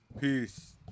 Peace